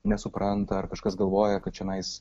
nesupranta ar kažkas galvoja kad čionais